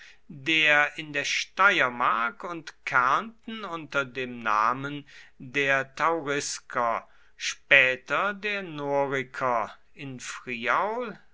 der in der steiermark und kärnten unter dem namen der taurisker später der noriker in friaul